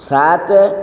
ସାତ